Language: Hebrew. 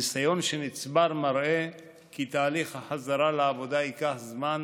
הניסיון שנצבר מראה כי תהליך החזרה לעבודה ייקח זמן,